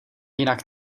jinak